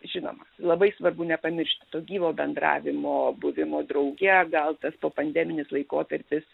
žinoma labai svarbu nepamiršt to gyvo bendravimo buvimo drauge gal tas popandeminis laikotarpis